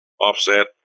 Offset